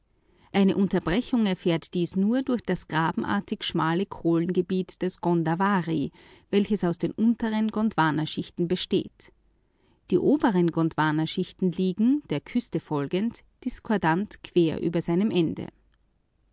eine unterbrechung erfährt dies nur durch das grabenartig schmale kohlengebiet des godvari welches aus den unteren gondwanaschichten besteht die oberen gondwanaschichten liegen der küste folgend diskordant quer über seinem ende